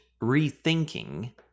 Rethinking